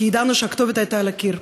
כי ידענו שהכתובת הייתה על הקיר.